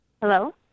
Hello